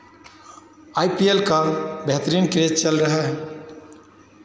आई P L का बेहतरीन phase चल रहा है